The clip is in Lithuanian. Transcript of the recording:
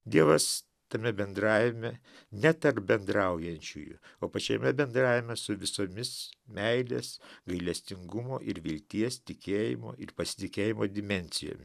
dievas tame bendravime ne tik bendraujančiųjų o pačiame bendravime su visomis meilės gailestingumo ir vilties tikėjimo ir pasitikėjimo dimensija